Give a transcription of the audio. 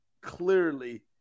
clearly